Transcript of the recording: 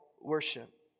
worship